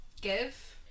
give